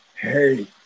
Hey